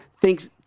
thinks